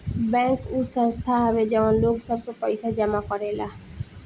bank उ संस्था हवे जवन लोग सब के पइसा जमा करेला